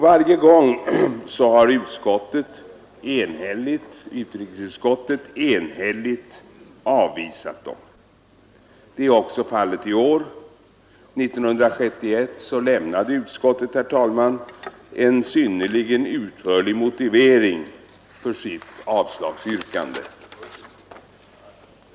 Varje gång har utrikesutskottet enhälligt avvisat kraven. Detta är också fallet i år. 1971 lämnade utskottet en synnerligen utförlig motivering för sitt avslagsyrkande.